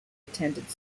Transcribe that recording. attended